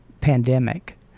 pandemic